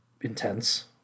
intense